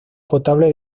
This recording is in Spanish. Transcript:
potable